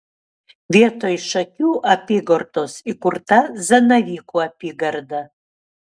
vietoj šakių apygardos įkurta zanavykų apygarda